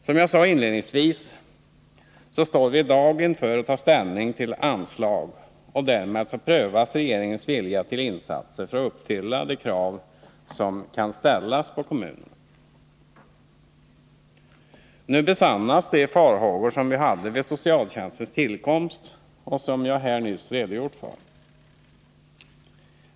Som jag sade inledningsvis står vi i dag inför att ta ställning till anslag, och därmed prövas regeringens vilja till insatser för att uppfylla de krav man kan ställa på kommunerna. Nu besannas de farhågor som vi hade vid socialtjänstens tillkomst och som jag här nyss redogjort för.